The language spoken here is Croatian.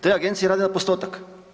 Te agencije rade na postotak.